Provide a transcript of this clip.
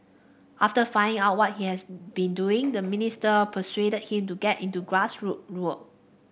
after finding out what he has been doing the minister persuaded him to get into grassroots work